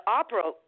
opera